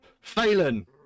Phelan